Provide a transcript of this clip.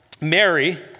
Mary